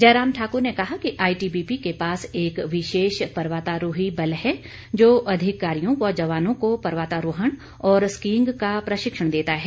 जयराम ठाक्र ने कहा कि आईटीबीपी के पास एक विशेष पर्वतारोही बल है जो अधिकारियों व जवानों को पर्वतारोहण और स्कीइंग का प्रशिक्षण देता है